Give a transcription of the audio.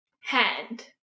Hand